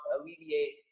alleviate